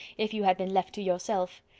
if you had been left to yourself.